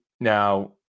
Now